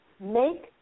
make